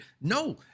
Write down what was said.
No